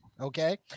okay